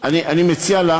אפשר למצוא פתרון.